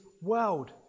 world